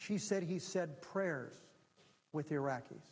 she said he said prayers with iraqis